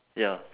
ya